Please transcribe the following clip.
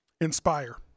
Inspire